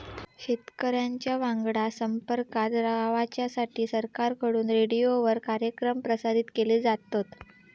शेतकऱ्यांच्या वांगडा संपर्कात रवाच्यासाठी सरकारकडून रेडीओवर कार्यक्रम प्रसारित केले जातत